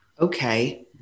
okay